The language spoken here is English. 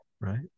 right